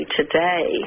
today